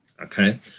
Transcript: Okay